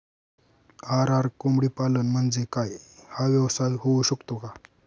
RR कोंबडीपालन म्हणजे काय? हा व्यवसाय होऊ शकतो का?